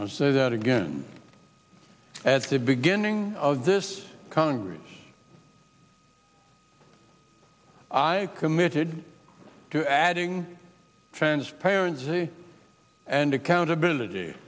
and i say that again at the beginning of this congress i committed to adding transparency and accountability